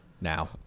now